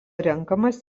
renkamas